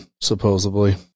supposedly